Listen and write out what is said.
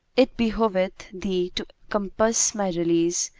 it behoveth thee to compass my release,